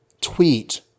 tweet